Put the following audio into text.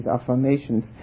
affirmations